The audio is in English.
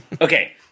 Okay